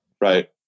right